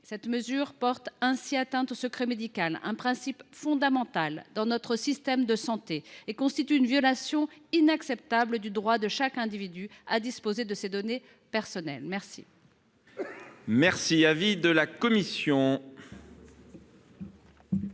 Cette mesure porte atteinte au secret médical, un principe fondamental dans notre système de santé, et constitue une violation inacceptable du droit de chaque individu à disposer de ses données personnelles. Quel